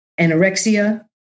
anorexia